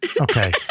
okay